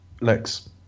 Lex